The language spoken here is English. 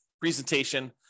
presentation